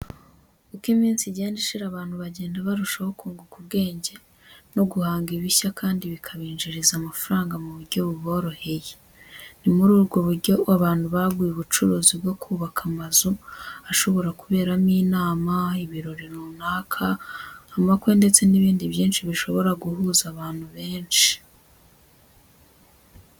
Uko iminsi igenda ishira abantu bagenda barushaho kunguka ubwenge no guhanga ibishya kandi bikabinjiriza amafaranga mu buryo buboroheye. Ni muri ubwo buryo abantu baguye ubucuruzi bwo kubaka amazu ashobora kuberamo inama, ibirori runaka, amakwe, ndetse n'ibindi byinshi bishobora guhuza abantu benshi.